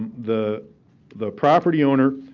the the property owner